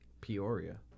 Peoria